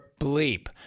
bleep